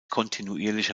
kontinuierliche